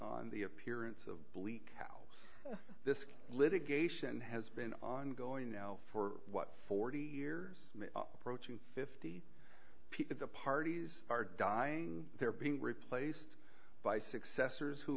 on the appearance of bleak how this litigation has been ongoing now for what forty years approaching fifty people the parties are dying they're being replaced by successors who